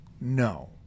No